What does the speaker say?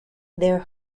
their